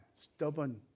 stubborn